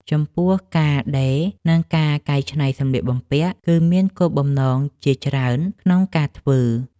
ចំពោះ ការដេរ និងការកែច្នៃសម្លៀកបំពាក់ គឺមានគោលបំណងជាច្រើនក្នុងការធ្វើវា។